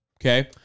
Okay